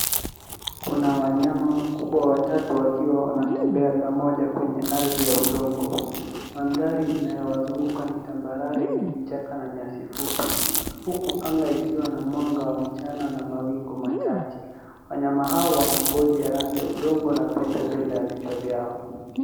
Kuna wanyama wakubwa watatu wakiwa wanatembea pamoja kwenye ardhi ya udongo. Mandhari inayowazunguka ni tambarare yenye vichaka na nyasi fupi, huku anga ikiwa na mwanga wa mchana na mawingu machache. Wanyama hawa wana rangi ya ngozi ya udongo, na pembe mbele ya vichwa vyao.